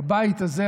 בבית הזה,